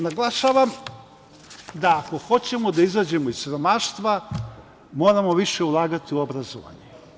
Naglašavam, da ako hoćemo da izađemo iz siromaštva, moramo više ulagati u obrazovanje.